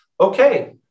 Okay